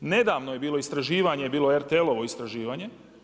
Nedavno je bilo istraživanje, bilo je RTL-ovo istraživanje.